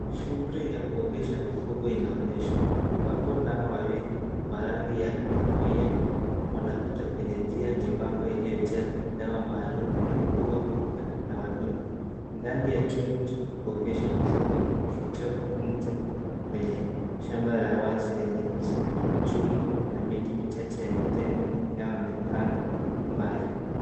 Shughuli ya kuogesha mifugo inaoneshwa ambapo ndama wawili wa rangi ya kahawia wanapita kwenye njia nyebamba iliyojaa dawa maalum ya kuua kupe na wadudu. Ndani ya chumba ya kuogesha mifugo kilichopo nje kwenye shamba la wazi chenye uzio wa chuma na miti michache ya mitende yanayoonekana mbali.